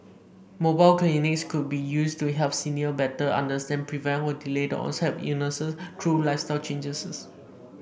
mobile clinics could be used to help senior better understand prevent or delay the onset of illnesses through lifestyle changes